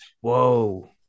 whoa